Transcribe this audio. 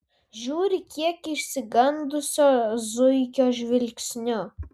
žiūri kiek išsigandusio zuikio žvilgsniu